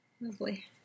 Lovely